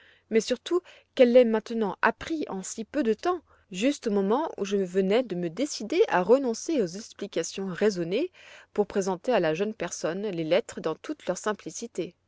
mais surtout qu'elle l'ait maintenant appris en si peu de temps juste au moment où je venais de me décider à renoncer aux explications raisonnées pour présenter à la jeune personne les lettres dans toute leur simplicité